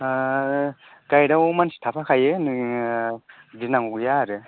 गाइद आव मानसि थाफाखायो नोङो गिनांगौ गैया आरो